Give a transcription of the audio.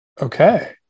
Okay